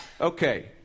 Okay